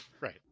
Right